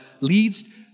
leads